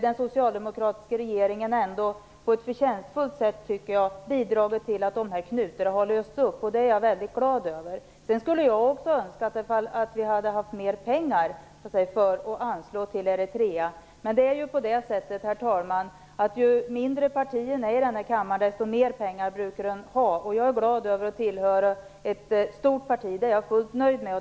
Den socialdemokratiska regeringen har ändå på ett förtjänstfullt sätt bidragit till att knutarna har lösts upp. Det är jag väldigt glad över. Sedan skulle jag också önska att vi hade haft mer pengar att anslå till Eritrea. Det är ju på det sättet, herr talman, att ju mindre partierna i denna kammare är, desto mer pengar brukar de ha. Jag är glad över att tillhöra ett stort parti. Det är jag fullt nöjd med.